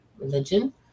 religion